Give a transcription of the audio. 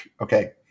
okay